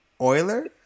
Oiler